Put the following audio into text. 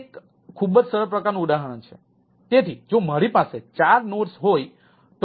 એક ખૂબ જ સરળ પ્રકારનું ઉદાહરણ છે તેથી જો મારી પાસે ૪ નોડ્સ હોય તો